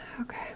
Okay